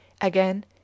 Again